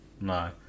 No